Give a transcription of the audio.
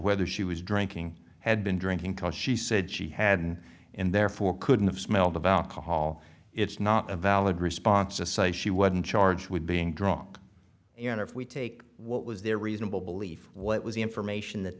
whether she was drinking had been drinking cause she said she hadn't and therefore couldn't have smelled of alcohol it's not a valid response to say she wouldn't charge with being drunk and if we take what was there reasonable belief what was the information that